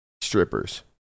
strippers